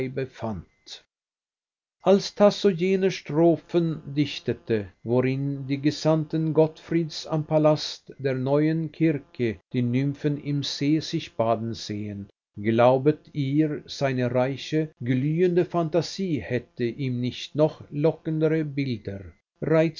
fand als tasso jene strophen dichtete worin die gesandten gottfrieds am palast der neuen circe die nymphen im see sich baden sehen glaubet ihr seine reiche glühende phantasie hätte ihm nicht noch lockendere bilder